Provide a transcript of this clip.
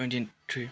twenty three